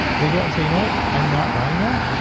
they go out and say, you know what, i'm not buying that.